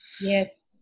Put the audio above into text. Yes